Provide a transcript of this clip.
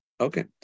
Okay